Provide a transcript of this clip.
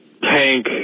tank